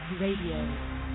Radio